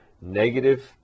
Negative